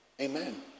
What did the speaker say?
Amen